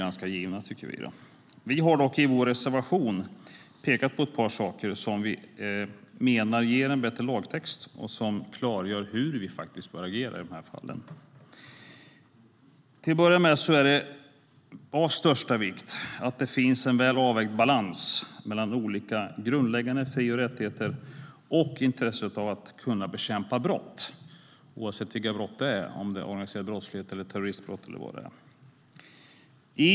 I vår reservation har vi dock pekat på ett par saker som vi menar ger en bättre lagtext och klargör hur vi bör agera i de fallen. Till att börja med är det av största vikt att det finns en väl avvägd balans mellan olika grundläggande fri och rättigheter och intresset av att kunna bekämpa brott, oavsett vilka brott det är, om det är organiserad brottslighet, terroristbrott eller vad det kan vara.